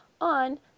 on